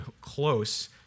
close